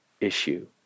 issue